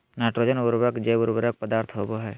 nitrogen उर्वरक जैव उर्वरक पदार्थ होबो हइ